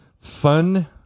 fun